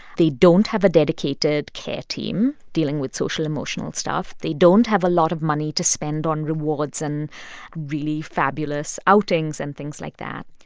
they don't have a dedicated care team dealing with social-emotional stuff. they don't have a lot of money to spend on rewards and really fabulous outings and things like that.